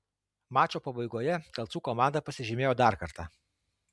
mačo pabaigoje kelcų komanda pasižymėjo dar kartą